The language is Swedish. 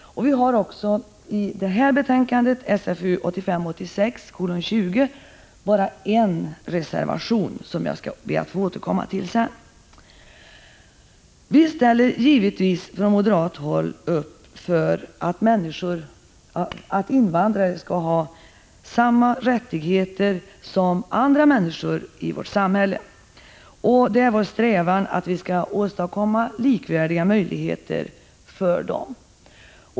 Vi har i detta betänkande, SfU 1985/86:20, endast en reservation, som jag skall be att få återkomma till senare. Vi ställer givetvis från moderat håll upp för att invandrare skall ha samma rättigheter som andra människor i vårt samhälle, och det är vår strävan att åstadkomma likvärdiga möjligheter för dem.